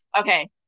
Okay